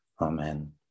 Amen